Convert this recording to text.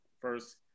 First